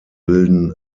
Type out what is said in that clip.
bilden